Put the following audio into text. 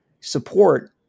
support